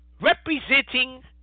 representing